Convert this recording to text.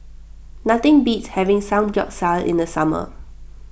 nothing beats having Samgyeopsal in the summer